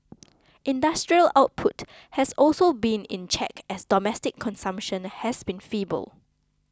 industrial output has also been in check as domestic consumption has been feeble